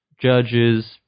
judges